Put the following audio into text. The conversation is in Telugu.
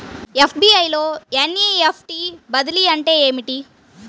ఎస్.బీ.ఐ లో ఎన్.ఈ.ఎఫ్.టీ బదిలీ అంటే ఏమిటి?